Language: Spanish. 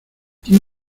quién